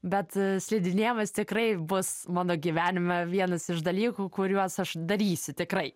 bet slidinėjimas tikrai bus mano gyvenime vienas iš dalykų kuriuos aš darysiu tikrai